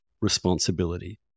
Responsibility